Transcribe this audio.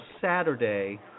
Saturday